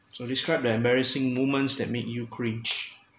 so describe the embarrassing moments that make you cringe